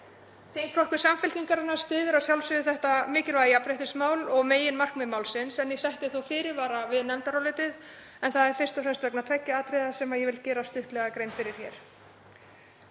Þingflokkur Samfylkingarinnar styður að sjálfsögðu þetta mikilvæga jafnréttismál og meginmarkmið málsins en ég setti þó fyrirvara við nefndarálitið. Það er fyrst og fremst vegna tveggja atriða sem ég vil gera stuttlega grein fyrir hér.